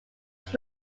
rent